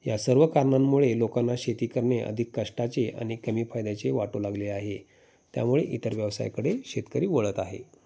या सर्व कारणांमुळे लोकांना शेती करणे अधिक कष्टाचे आणि कमी फायद्याचे वाटू लागले आहे त्यामुळे इतर व्यवसायाकडे शेतकरी वळत आहे